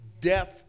death